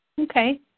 Okay